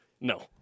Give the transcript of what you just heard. No